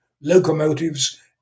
locomotives